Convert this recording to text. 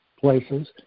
places